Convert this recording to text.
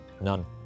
None